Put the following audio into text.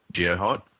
Geohot